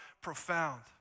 profound